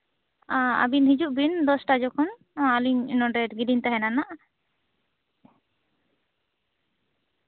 ᱮᱸ ᱟᱵᱤᱱ ᱦᱤᱡᱩᱜ ᱵᱤᱱ ᱫᱚᱥᱴᱟ ᱡᱚᱠᱷᱚᱱ ᱟᱞᱤᱧ ᱱᱚᱸᱰᱮ ᱜᱮᱞᱤᱧ ᱛᱟᱦᱮᱸᱱᱟ ᱦᱟᱸᱜ